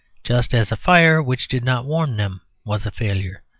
just as a fire which did not warm them was a failure.